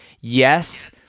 yes